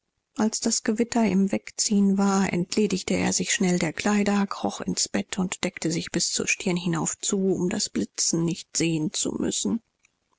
als das gewitter im wegziehen war entledigte er sich schnell der kleider kroch ins bett und deckte sich bis zur stirn hinauf zu um das blitzen nicht sehen zu müssen